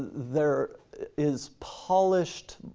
there is polished,